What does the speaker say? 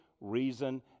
reason